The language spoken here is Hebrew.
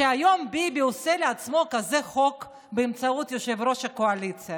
שהיום ביבי עושה לעצמו כזה חוק באמצעות יושב-ראש הקואליציה.